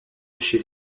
chez